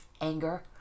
Anger